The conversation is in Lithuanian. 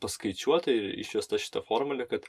paskaičiuota ir išvesta šita formulė kad